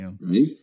right